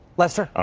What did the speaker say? lester? ah